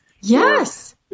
Yes